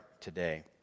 today